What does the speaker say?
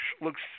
looks